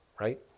right